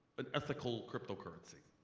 an ethical cryptocurrency.